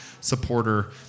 supporter